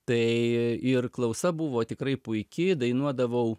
tai ir klausa buvo tikrai puiki dainuodavau